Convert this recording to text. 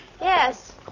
Yes